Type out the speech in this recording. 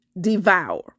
devour